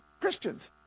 Christians